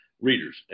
readers